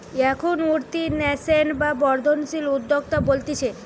এখন উঠতি ন্যাসেন্ট বা বর্ধনশীল উদ্যোক্তা বলতিছে